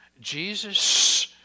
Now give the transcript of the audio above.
Jesus